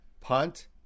punt